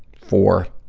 for